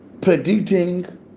predicting